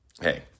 hey